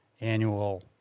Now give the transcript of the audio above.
annual